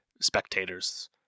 spectators